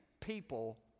people